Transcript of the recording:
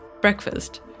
breakfast